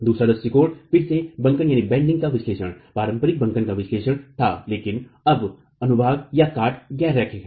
दूसरा दृष्टिकोण फिर से बंकन का विश्लेषण पारंपरिक बंकन का विश्लेषण था लेकिन अब अनुभागकाट गैर रैिखक है